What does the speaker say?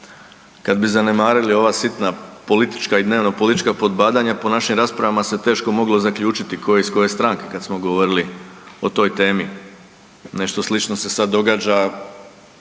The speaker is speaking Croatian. kad bi zanemarili ova sitna politička i dnevno politička podbadanja po našim raspravama se teško moglo zaključiti tko je iz koje stranke kad smo govorili o toj temi. Nešto slično se sad događa